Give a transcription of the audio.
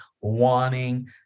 wanting